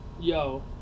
Yo